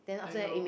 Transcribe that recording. I know